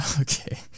Okay